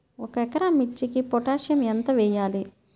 ఒక ఎకరా మిర్చీకి పొటాషియం ఎంత వెయ్యాలి?